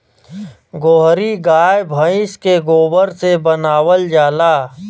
गोहरी गाय भइस के गोबर से बनावल जाला